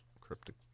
cryptic